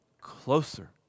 closer